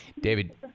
david